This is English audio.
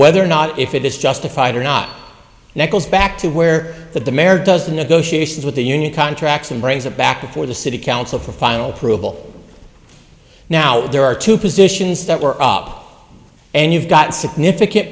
whether or not if it is justified or not nickels back to where that the mayor does the negotiations with the union contracts and brings it back before the city council for final approval now there are two positions that were up and you've got significant